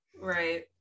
right